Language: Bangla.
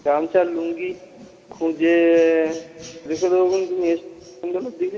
গামছা লুঙ্গি খুঁজে রেখে দেবোখন তুমি এসো সন্ধেবেলার দিকে